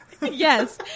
Yes